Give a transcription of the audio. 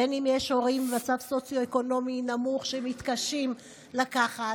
בין שיש הורים במצב סוציו-אקונומי נמוך שמתקשים לקחת